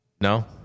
No